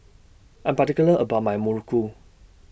I Am particular about My Muruku